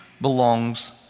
belongs